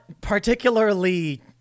particularly